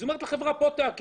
אז היא אומרת לחברה פה תעקל,